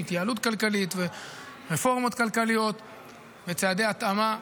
התייעלות כלכלית ורפורמות כלכליות וצעדי התאמה.